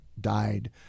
died